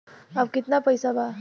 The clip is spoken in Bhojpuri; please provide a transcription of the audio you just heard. अब कितना पैसा बा?